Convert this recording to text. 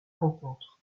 rencontre